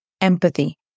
empathy